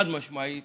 חד-משמעית